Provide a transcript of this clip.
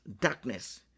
darkness